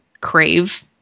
crave